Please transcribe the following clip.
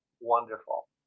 wonderful